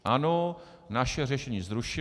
Ano, naše řešení zrušila.